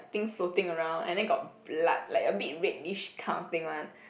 thing floating around and then got blood like a bit reddish kind of thing one